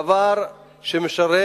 דבר שמשרת